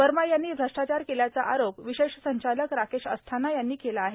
वर्मा यांनी श्रष्टाचार केल्याचा आरोप विशेष संचालक राकेश अस्थाना यांनी केला आहे